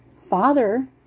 father